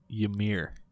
Ymir